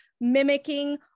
mimicking